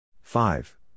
five